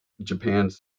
Japan's